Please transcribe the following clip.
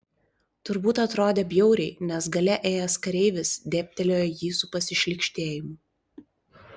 turbūt atrodė bjauriai nes gale ėjęs kareivis dėbtelėjo į jį su pasišlykštėjimu